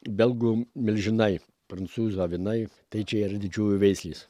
belgų milžinai prancūzų avinai tai čia ir didžiųjų veislės